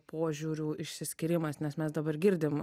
požiūrių išsiskyrimas nes mes dabar girdim